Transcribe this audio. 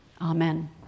Amen